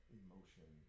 emotion